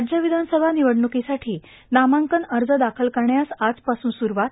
राज्य विधानसभा निवडणुकीसाठी नामांकन अर्ज दाखल करण्यास आजपासून सुरुवात